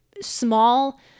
small